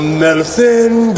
medicine